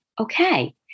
okay